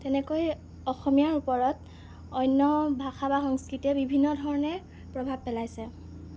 তেনেকৈ অসমীয়াৰ ওপৰত অন্য ভাষা বা সংস্কৃতিয়ে বিভিন্ন ধৰণে প্ৰভাৱ পেলাইছে